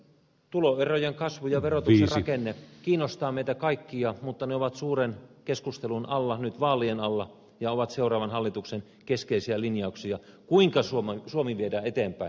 tuloerojen kasvu ja verotuksen rakenne kiinnostavat meitä kaikkia mutta ne ovat suuren keskustelun alla nyt vaalien alla ja ovat seuraavan hallituksen keskeisiä linjauksia kuinka suomi viedään eteenpäin